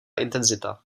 intenzita